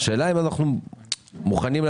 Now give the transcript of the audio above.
עד שעסקים יקבלו כסף.